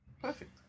Perfect